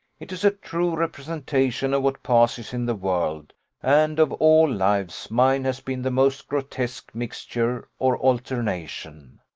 it is a true representation of what passes in the world and of all lives mine has been the most grotesque mixture, or alternation,